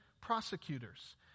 prosecutors